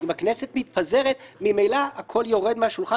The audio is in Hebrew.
אם הכנסת מתפזרת ממילא הכול יורד מהשולחן